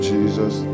Jesus